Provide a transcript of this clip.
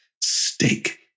steak